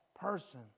person